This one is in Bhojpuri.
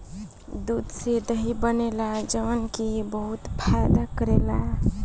दूध से दही बनेला जवन की बहुते फायदा करेला